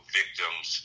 victims